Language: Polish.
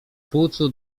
płucu